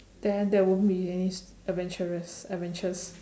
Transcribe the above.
then there won't be any s~ adventurous adventures